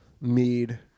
mead